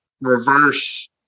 reverse